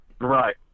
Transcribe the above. Right